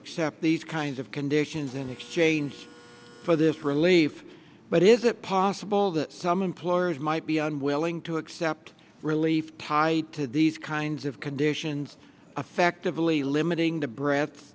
accept these kinds of conditions in exchange for this relief but is it possible that some employers might be unwilling to accept relief tied to these kinds of conditions effectively limiting the breadth